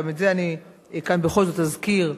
גם את זה בכל זאת אזכיר כאן,